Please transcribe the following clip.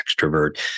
extrovert